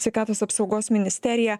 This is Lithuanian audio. sveikatos apsaugos ministerija